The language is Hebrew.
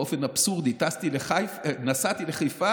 באופן אבסורדי נסעתי לחיפה,